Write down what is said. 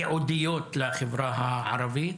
ייעודיות לחברה הערבית.